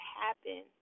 happen